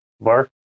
bar